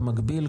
במקביל,